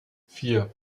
vier